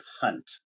hunt